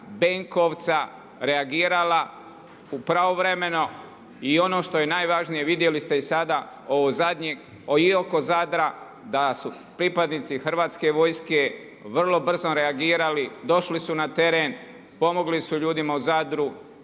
Benkovca reagirala pravovremeno. I ono što je najvažnije, vidjeli ste i sada ovo zadnje i oko Zadra da su pripadnici Hrvatske vojske vrlo brzo reagirali, došli su na teren, pomogli su ljudima u Zadru,